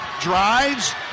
drives